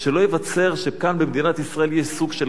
שקם במדינת ישראל סוג של "קן הקוקייה"?